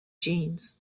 genes